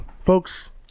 folks